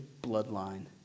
bloodline